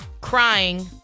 crying